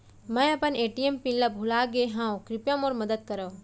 मै अपन ATM PIN ला भूलागे हव, कृपया मोर मदद करव